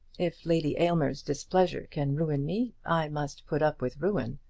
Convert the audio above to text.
if lady aylmer's displeasure can ruin me, i must put up with ruin.